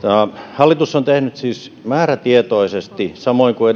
hallitus on tehnyt määrätietoisesti samoin kuin